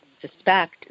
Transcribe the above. suspect